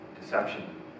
deception